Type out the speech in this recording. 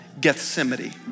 Gethsemane